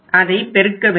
அதை பெருக்க வேண்டும்